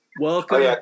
Welcome